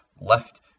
left